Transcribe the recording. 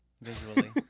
visually